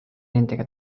nendega